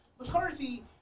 McCarthy